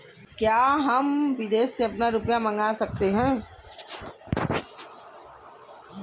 क्या हम विदेश से भी अपना रुपया मंगा सकते हैं?